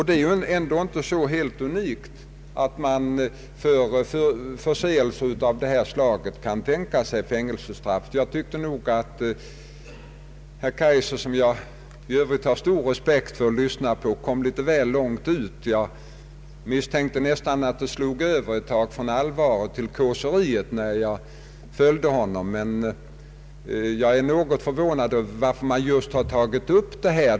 Det är inte så helt unikt att man för förseelser av detta slag kan tänka sig fängelsestraff. Jag tycker nog att herr Kaijser, som jag i övrigt hyser stor respekt för och gärna lyssnar på, kom litet väl långt ut. Jag misstänkte ett slag nästan att han slog över från allvar till kåseri. Jag är något förvånad över varför man har tagit upp denna debatt.